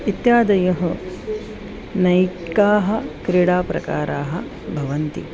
इत्यादयः नैकाः क्रीडाप्रकाराः भवन्ति